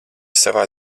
savā